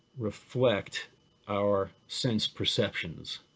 reflect our sense perceptions,